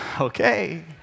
Okay